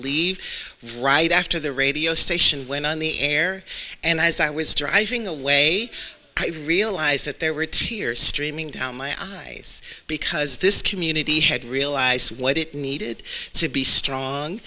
leave right after the radio station went on the air and as i was driving away i realized that there were tears streaming down my eyes because this community had realized what it needed to be strong